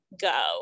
Go